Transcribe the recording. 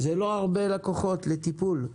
זה לא הרבה לקוחות לטיפול.